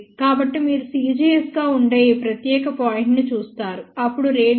కాబట్టి మీరు cgs గా ఉండే ఈ ప్రత్యేక పాయింట్ ను చూస్తారు అప్పుడు రేడియస్ 0